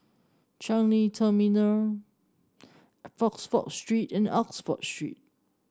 Changi Terminal Oxford Street and Oxford Street